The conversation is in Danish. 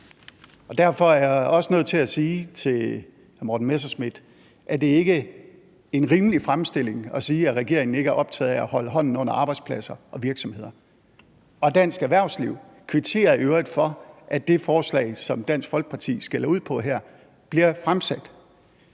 Derfor er jeg også nødt til at sige til hr. Morten Messerschmidt, at det ikke er en rimelig fremstilling at sige, at regeringen ikke er optaget af at holde hånden under arbejdspladser og virksomheder. Og dansk erhvervsliv kvitterer i øvrigt for, at det forslag, som Dansk Folkeparti her skælder ud på, bliver fremsendt.